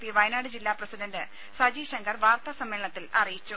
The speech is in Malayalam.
പി വയനാട് ജില്ലാ പ്രസിഡന്റ് സജി ശങ്കർ വാർത്താ സമ്മേളനത്തിൽ അറിയിച്ചു